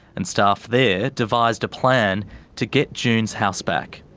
and staff there devised a plan to get june's house back.